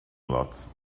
lots